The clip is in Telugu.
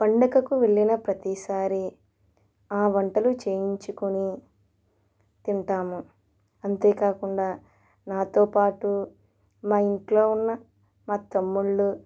పండుగకు వెళ్ళిన ప్రతిసారి ఆ వంటలు చేపించుకొని తింటాము అంతే కాకుండా నాతో పాటు మా ఇంట్లో ఉన్న మా తమ్ముళ్ళు